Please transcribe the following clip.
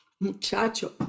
Muchacho